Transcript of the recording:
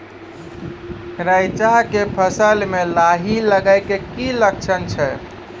रैचा के फसल मे लाही लगे के की लक्छण छै?